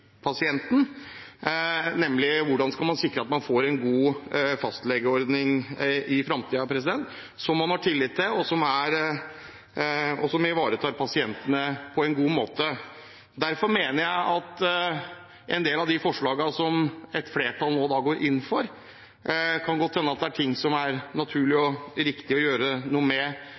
pasienten – nemlig hvordan man skal sikre at man i framtida får en god fastlegeordning som man har tillit til, og som ivaretar pasientene på en god måte. Når det gjelder en del av forslagene som et flertall nå går inn for, mener jeg det godt kan hende det er ting det er naturlig og riktig å gjøre noe med